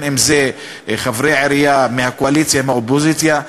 אם חברי עירייה מהקואליציה או מהאופוזיציה,